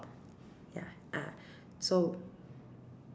ya ah so